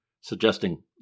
suggesting